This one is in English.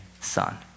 son